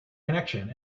connection